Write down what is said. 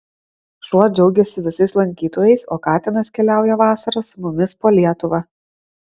šuo džiaugiasi visais lankytojais o katinas keliauja vasarą su mumis po lietuvą